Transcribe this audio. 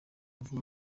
avuga